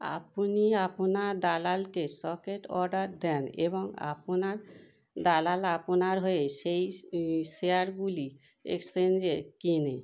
আপনি আপনার দালালকে স্টক অর্ডার দেন এবং আপনার দালাল আপনার হয়ে সেই স শেয়ারগুলি এক্সচেঞ্জে কেনে